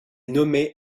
nommée